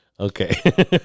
okay